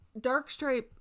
Darkstripe